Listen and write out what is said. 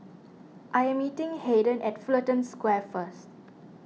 I am meeting Haiden at Fullerton Square first